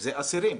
הם אסירים.